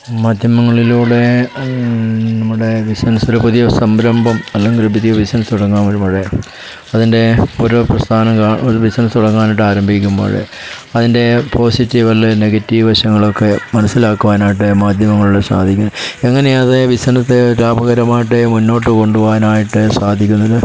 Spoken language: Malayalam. മാധ്യമങ്ങളിലൂടെ നമ്മുടെ ബിസിനസ്സിൽ പുതിയ സംരംഭം അല്ലെങ്കിൽ പുതിയ ബിസിനസ്സ് തുടങ്ങുമ്പോൾ അതിൻ്റെ ഒരു പ്രസ്ഥാനം ഒരു ബിസിനസ്സ് തുടങ്ങാനായിട്ട് ആരംഭിക്കുമ്പോൾ അതിൻ്റെ പോസിറ്റീവ് അല്ലെങ്കിൽ നെഗറ്റീവ് വശങ്ങളൊക്കെ മനസ്സിലാക്കുവാനായിട്ട് മാധ്യമങ്ങളിൽ സാധിക്കുന്നു എങ്ങനെയത് ബിസിനസ്സ് ലാഭകരമായിട്ടു മുന്നോട്ടു കൊണ്ടു പോകാനായിട്ടു സാധിക്കുന്നത്